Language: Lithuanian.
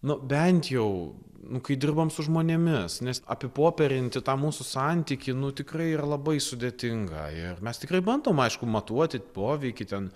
nu bent jau nu kai dirbam su žmonėmis nes apipopierinti tą mūsų santykį nu tikrai yra labai sudėtinga ir mes tikrai bandom aišku matuoti poveikį ten